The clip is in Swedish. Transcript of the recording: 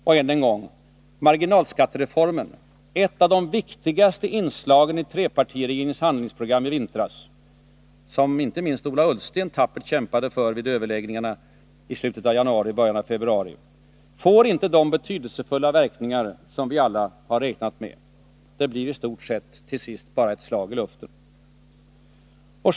Och, än en gång, marginalskattereformen — ett av de viktigaste inslagen i trepartiregeringens handlingsprogram i vintras, som inte minst Ola Ullsten tappert kämpade för vid överläggningarna i slutet av januari och början av februari — får inte de betydelsefulla verkningar vi alla hade räknat med. Den blir i stort sett på sikt ett slag i luften.